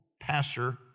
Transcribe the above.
pastor